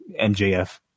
MJF